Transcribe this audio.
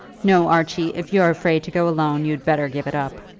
no, archie if you're afraid to go alone, you'd better give it up.